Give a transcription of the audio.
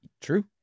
true